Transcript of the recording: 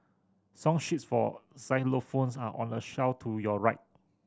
song sheets for xylophones are on the shelf to your right